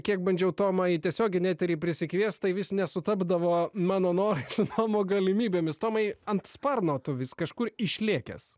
kiek bandžiau tomą į tiesioginį eterį prisikviesti vis nesutapdavo mano tomo galimybėmis tomai ant sparno tu vis kažkur išlėkęs